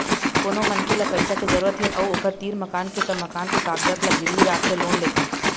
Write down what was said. कोनो मनखे ल पइसा के जरूरत हे अउ ओखर तीर मकान के त मकान के कागजात ल गिरवी राखके लोन लेथे